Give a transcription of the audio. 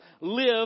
live